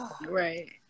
right